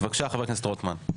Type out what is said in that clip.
בבקשה, חבר הכנסת רוטמן.